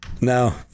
No